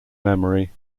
memory